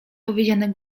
powiedziane